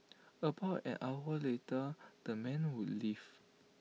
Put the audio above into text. about an hour later the men would leave